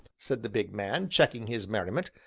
said the big man, checking his merriment,